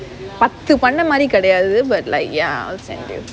பத்து பண்ணமாரி கிடையாது:pathu pannamaari kidaiyaathu like ya I'll send you